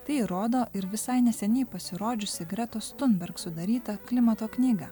tai rodo ir visai neseniai pasirodžiusi gretos thunberg sudaryta klimato knyga